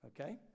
Okay